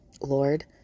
Lord